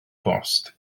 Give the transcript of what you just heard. bost